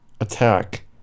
attack